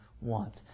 want